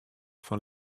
fan